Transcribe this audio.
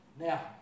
Now